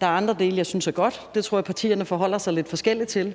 Der er andre dele, jeg synes er gode. Det tror jeg partierne forholder sig lidt forskelligt til.